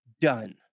done